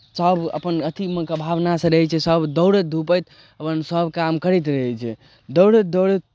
सभ अपन अथिमे कऽ भावनासँ रहै छै सभ दौड़ैत धूपैत अपनसभ काम करैत रहै छै दौड़ैत दौड़ैत